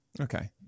Okay